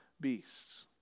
beasts